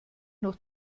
noch